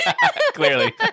Clearly